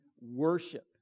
worship